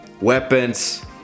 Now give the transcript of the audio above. weapons